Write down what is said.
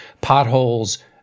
potholes